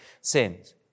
sins